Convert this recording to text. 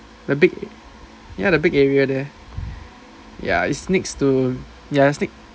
the big ya the big area there ya it's next to ya it's nex~ ya